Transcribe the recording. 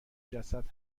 جسد